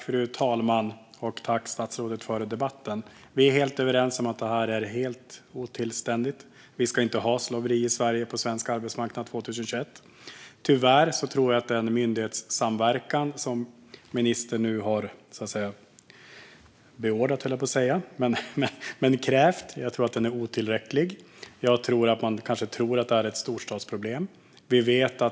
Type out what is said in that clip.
Fru talman! Tack, statsrådet, för debatten! Vi är helt överens om att det här är helt otillständigt. Vi ska inte ha slaveri i Sverige på svensk arbetsmarknad 2021. Tyvärr tror jag att den myndighetssamverkan som ministern nu har krävt - beordrat, höll jag på att säga - är otillräcklig. Jag tror att man kanske tror att det är ett storstadsproblem.